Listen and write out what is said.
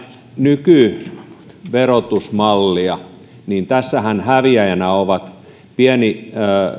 nykyverotusmallia niin tässähän häviäjänä ovat